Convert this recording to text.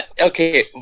Okay